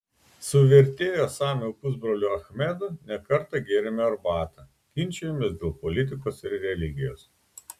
su vertėjo samio pusbroliu achmedu ne kartą gėrėme arbatą ginčijomės dėl politikos ir religijos